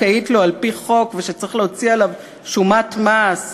זכאית לו על-פי חוק ושצריך להוציא עליו שומת מס,